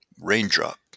Raindrop